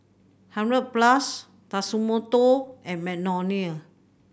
Hundred Plus Tatsumoto and Magnolia